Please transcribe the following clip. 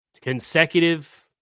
consecutive